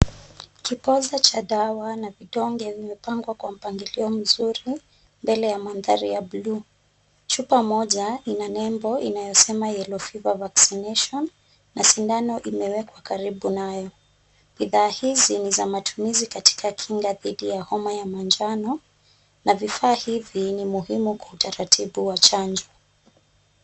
Kipoza cha dawa na vidonge vimepangwa kwa mpangilio mzuri, mbele ya mandhari ya bluu. Chupa moja ina nembo inayosema Yellow Fever Vaccination , na sindano imewekwa karibu nayo. Bidhaa hizi ni za matumizi katika kinga dhidi ya homa ya manjano na vifaa hivi ni muhimu kwa utaratibu wa chanjo.